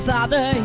Father